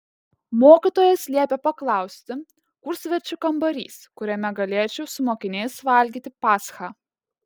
mokytojas liepė paklausti kur svečių kambarys kuriame galėčiau su mokiniais valgyti paschą